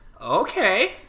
Okay